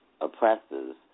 Oppressors